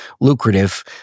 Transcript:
lucrative